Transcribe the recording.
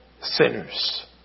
sinners